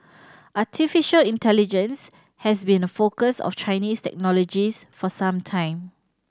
artificial intelligence has been a focus of Chinese technologists for some time